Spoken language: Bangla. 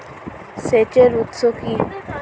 সেচের উৎস কি?